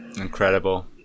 incredible